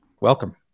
Welcome